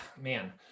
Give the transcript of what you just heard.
man